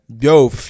Yo